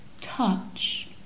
touch